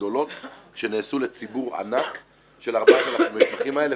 הגדולות שנעשו לציבור ענק של 4,000 המתמחים האלה,